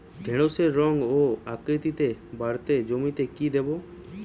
ঢেঁড়সের রং ও আকৃতিতে বাড়াতে জমিতে কি দেবো?